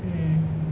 mm